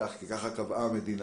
כי ככה קבעה המדינה: